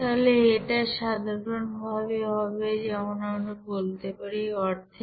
তাহলে এটা সাধারণভাবে হবে যেমন আমরা বলতে পারি অর্ধেক